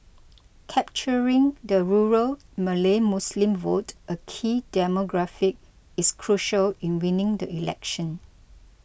capturing the rural Malay Muslim vote a key demographic is crucial in winning the election